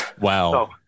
Wow